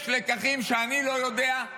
יש לקחים שאני לא יודע,